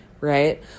Right